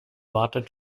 wartet